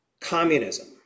communism